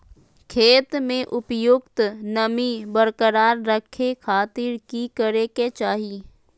खेत में उपयुक्त नमी बरकरार रखे खातिर की करे के चाही?